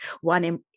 one